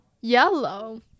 yellow